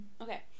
Okay